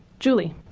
julie?